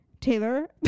taylor